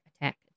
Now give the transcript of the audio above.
attack